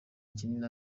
kinini